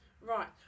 right